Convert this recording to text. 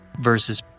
versus